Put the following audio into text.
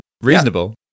Reasonable